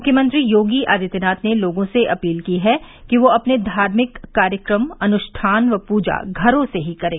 मुख्यमंत्री योगी आदित्यनाथ ने लोगों से अपील की है कि वे अपने धार्मिक कार्यक्रम अनुष्ठान व पूजा घरों से ही करें